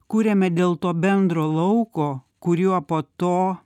kuriame dėl to bendro lauko kuriuo po to